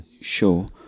show